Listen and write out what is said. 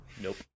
Nope